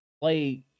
play